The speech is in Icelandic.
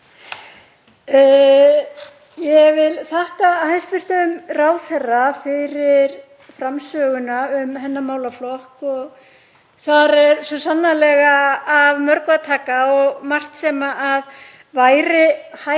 Ég þakka hæstv. ráðherra fyrir framsöguna um hennar málaflokk og þar er sannarlega af mörgu að taka og margt sem væri hægt